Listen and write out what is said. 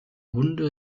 hunde